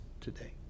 today